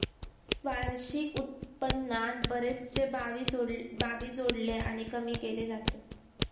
वार्षिक उत्पन्नात बरेचशे बाबी जोडले आणि कमी केले जातत